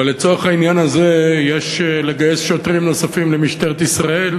אבל לצורך העניין הזה יש לגייס שוטרים נוספים למשטרת ישראל,